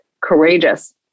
courageous